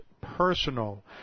personal